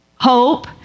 Hope